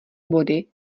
body